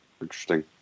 interesting